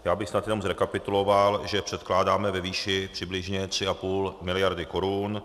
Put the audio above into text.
Já bych snad jenom zrekapituloval, že je předkládáme ve výši přibližně 3,5 miliardy korun.